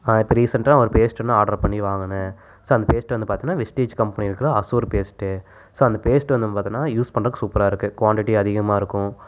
இப்போ ரீசண்டாக ஒரு பேஸ்ட் ஒன்று ஆர்டர் பண்ணி வாங்குனேன் ஸோ அந்த பேஸ்ட்டு வந்து பார்த்தோனா வெஸ்ட்டிஜ் கம்பெனிருக்கிற அசூர் பேஸ்ட்டு ஸோ அந்த பேஸ்ட்டு வந்து பார்த்தோனா யூஸ் பண்றதுக்கு சூப்பராக இருக்குது க்வாண்டிட்டி அதிகமாக இருக்கும்